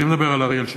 אני מדבר על אריאל שרון,